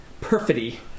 Perfidy